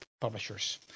publishers